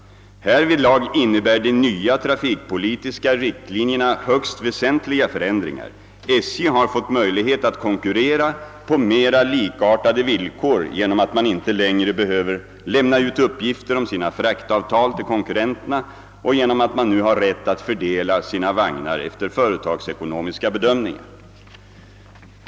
Härvidlag innebär de nya trafikpolitiska riktlinjerna högst väsentliga förändringar. SJ har fått möjlighet att konkurrera på mera likartade villkor genom att man inte längre behöver lämna ut uppgifter om sina fraktavtal till konkurrenterna och genom att man nu har rätt att fördela sina vagnar efter företagsekonomiska bedömningar.